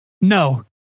No